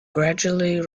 gradually